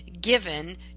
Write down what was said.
given